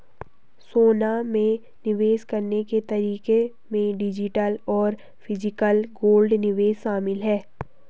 सोना में निवेश करने के तरीके में डिजिटल और फिजिकल गोल्ड निवेश शामिल है